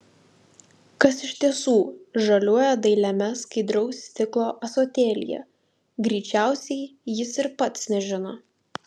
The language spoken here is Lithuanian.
kas iš tiesų žaliuoja dailiame skaidraus stiklo ąsotėlyje greičiausiai jis ir pats nežino